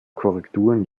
korrekturen